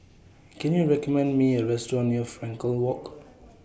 Can YOU recommend Me A Restaurant near Frankel Walk